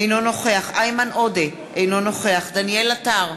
אינו נוכח איימן עודה, אינו נוכח דניאל עטר,